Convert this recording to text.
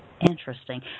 Interesting